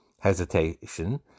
hesitation